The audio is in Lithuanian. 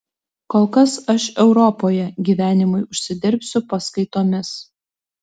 kol kas aš europoje gyvenimui užsidirbsiu paskaitomis